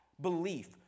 belief